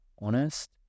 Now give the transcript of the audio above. honest